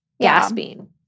gasping